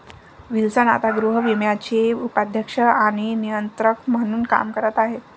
Wilson आता गृहविम्याचे उपाध्यक्ष आणि नियंत्रक म्हणून काम करत आहेत